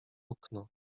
okno